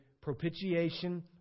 propitiation